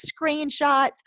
screenshots